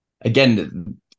Again